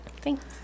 Thanks